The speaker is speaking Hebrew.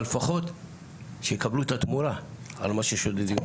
אבל לפחות שיקבלו את התמורה על מה ששודדים.